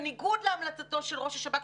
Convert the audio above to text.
בניגוד להמלצתו של ראש השב"כ,